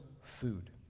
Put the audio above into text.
food